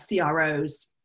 CROs